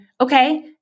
okay